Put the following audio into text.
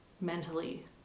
mentally